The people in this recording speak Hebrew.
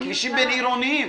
בכבישים בין עירוניים.